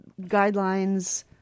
guidelines